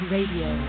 Radio